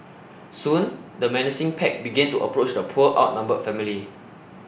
soon the menacing pack began to approach the poor outnumbered family